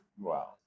Wow